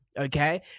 okay